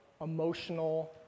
emotional